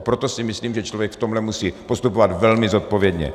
Proto si myslím, že člověk v tomhle musí postupovat velmi zodpovědně.